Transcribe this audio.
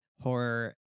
horror